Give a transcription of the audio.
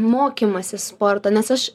mokymasis sporto nes aš